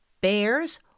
bears